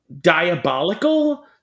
diabolical